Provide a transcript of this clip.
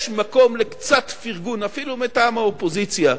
יש מקום לקצת פרגון, אפילו מטעם האופוזיציה,